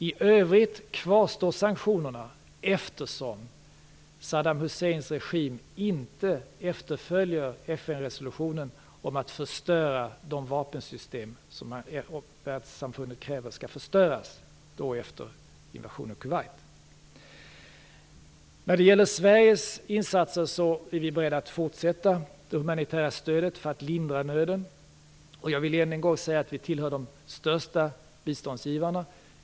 I övrigt kvarstår sanktionerna eftersom Saddam Husseins regim inte efterföljer FN-resolutionen om att förstöra de vapensystem som världssamfundet efter invasionen av Kuwait kräver skall förstöras. När det gäller Sveriges insatser är vi beredda att fortsätta det humanitära stödet för att lindra nöden. Jag vill än en gång säga att vi tillhör de största biståndsgivarna.